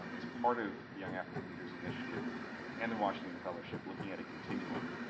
um as part of the young african leaders initiative and the washington fellowship, looking at a continuum.